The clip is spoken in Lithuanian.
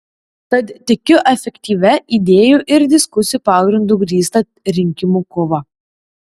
tad tikiu efektyvia idėjų ir diskusijų pagrindu grįsta rinkimų kova